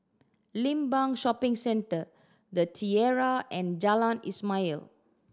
Limbang Shopping Centre The Tiara and Jalan Ismail